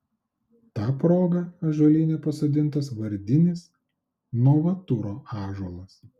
ta proga ąžuolyne pasodintas vardinis novaturo ąžuolas